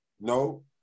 No